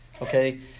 okay